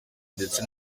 ndetse